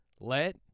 Let